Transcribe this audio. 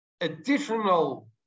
additional